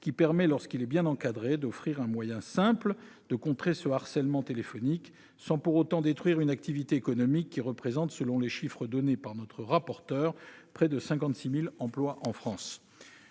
qui permet, lorsqu'il est bien encadré, d'offrir un moyen simple de contrecarrer ce harcèlement téléphonique, sans pour autant détruire une activité économique qui représente, selon les chiffres de notre rapporteur, près de 56 000 emplois en France.